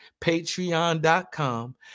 patreon.com